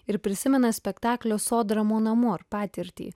ir prisimena spektaklio sodra maunamo patirtį